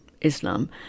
Islam